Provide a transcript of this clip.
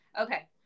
okay